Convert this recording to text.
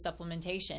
supplementation